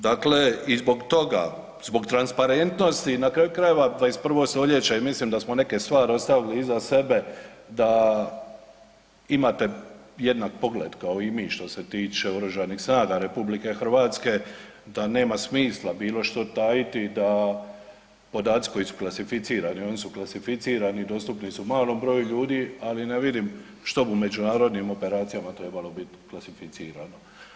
Dakle, i zbog toga, zbog transparentnosti, na kraju krajeva 21. stoljeće je, mislim da smo neke stvari ostavili iza sebe da imate jednak pogled kao i mi što se tiče oružanih snaga RH, da nema smisla bilo što tajiti i da podaci koji su klasificirani, oni su klasificirani i dostupni su malom broju ljudi, ali ne vidim što bi u međunarodnim operacijama trebalo biti klasificirano.